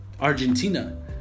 Argentina